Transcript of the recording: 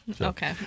Okay